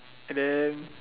then